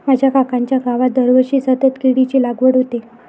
माझ्या काकांच्या गावात दरवर्षी सतत केळीची लागवड होते